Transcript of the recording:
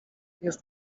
jest